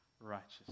righteous